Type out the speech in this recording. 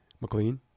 McLean